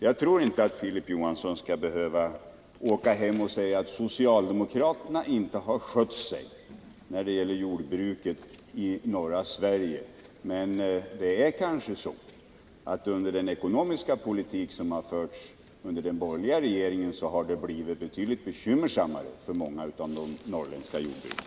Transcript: Jag tror inte att Filip Johansson skall behöva åka hem och säga att socialdemokraterna inte har skött sig när det gäller jordbruket i norra Sverige. Men det är kanske så att under den ekonomiska politik som förts av de borgerliga regeringarna har det blivit betydligt bekymmersammare för många av de norrländska jordbrukarna.